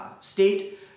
state